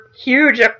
huge